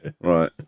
Right